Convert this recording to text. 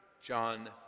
John